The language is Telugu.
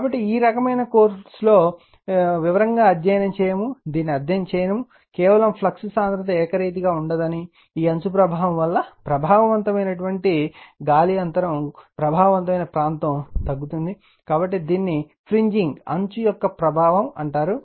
కాబట్టి ఈ రకమైన కోర్సులో వివరంగా అధ్యయనం చేయుము దీనిని అధ్యయనం చేయుము కేవలం ఫ్లక్స్ సాంద్రత ఏకరీతిగా ఉండదని ఈ అంచు ప్రభావం వల్ల ప్రభావవంతమైన గాలి అంతరం ప్రభావవంతమైన ప్రాంతం తగ్గుతుంది కాబట్టి దీనిని ఫ్రిన్జింగ్ అంచు యొక్క ప్రభావం అంటారు